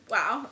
Wow